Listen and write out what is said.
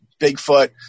Bigfoot